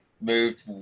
moved